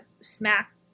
smack